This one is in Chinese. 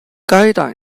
该党